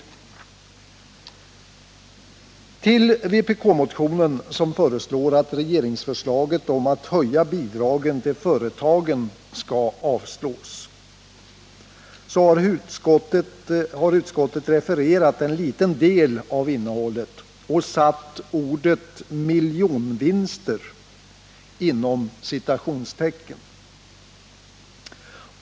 Utskottet har refererat en liten del av innehållet i vpk-motionen, i vilken föreslås att regeringsförslaget om att höja bidragen till företagen skall avslås, och har satt ordet miljonvinster inom citationstecken.